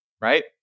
right